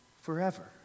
forever